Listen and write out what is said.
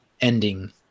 ending